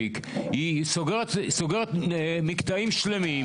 היא סוגרת מקטעים שלמים,